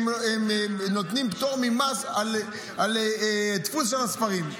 הם נותנים פטור ממס על דפוס של ספרים.